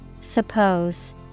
Suppose